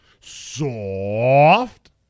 soft